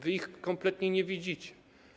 Wy ich kompletnie nie widzicie.